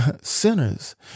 sinners